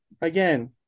again